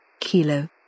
Kilo